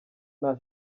nta